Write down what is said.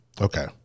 okay